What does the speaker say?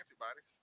antibodies